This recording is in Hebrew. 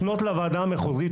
לפנות לוועדה המחוזית.